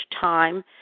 time